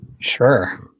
Sure